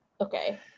Okay